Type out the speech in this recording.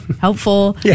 helpful